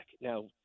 Now